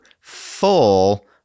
full